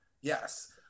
yes